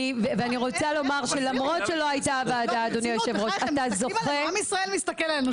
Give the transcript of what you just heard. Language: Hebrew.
אני רוצה לומר שלמרות שלא הייתה ועדה --- עם ישראל מתסכל עלינו,